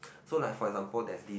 so like for example there's this